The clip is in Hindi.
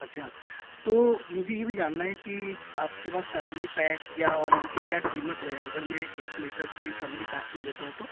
अच्छा तो मुझे ये भी जानना है कि आप के पास फ़ैमिली पैक या उनकी क्या कीमत है अगर मैं एक लीटर की फ़ैमिली पैक में लेता हूँ तो